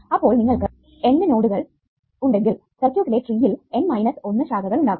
അപ്പോൾ നിങ്ങൾക്ക് N നോഡുകൾ ഉണ്ടെങ്കിൽ സർക്യൂട്ടിലെ ട്രീ യിൽ N മൈനസ് 1 ശാഖകൾ ഉണ്ടാകും